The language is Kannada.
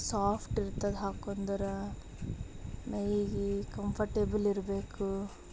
ಸಾಫ್ಟ್ ಇರ್ತದೆ ಹಾಕ್ಕೊಂಡ್ರೆ ಮೈಗೆ ಕಂಫಟೇಬಲ್ ಇರಬೇಕು